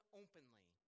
openly